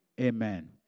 Amen